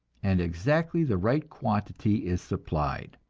and exactly the right quantity is supplied.